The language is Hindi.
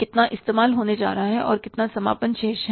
कितना इस्तेमाल होने जा रहा है और कितना समापन शेष है